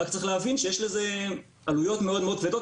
רק צריך להבין שיש לזה עלויות מאוד כבדות